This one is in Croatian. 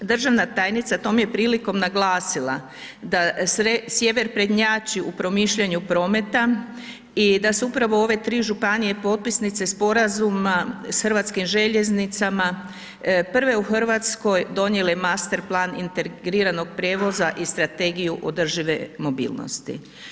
Državna tajnica tom je prilikom naglasila da sjever prednjači u promišljanju prometa i da su upravo ove tri županije potpisnice sporazuma s HŽ-om prve u Hrvatskoj donijele master plan integriranog prijevoza i strategiju održive mobilnosti.